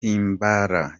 himbara